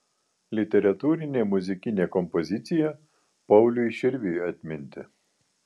literatūrinė muzikinė kompozicija pauliui širviui atminti